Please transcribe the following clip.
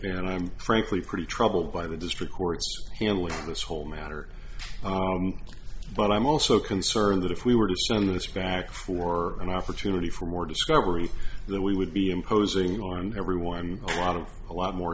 and i am frankly pretty troubled by the district court's handling of this whole matter but i'm also concerned that if we were to send this back for an opportunity for more discovery that we would be imposing on everyone a lot of a lot more